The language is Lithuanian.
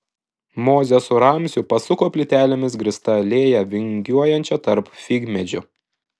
mozė su ramziu pasuko plytelėmis grįsta alėja vingiuojančia tarp figmedžių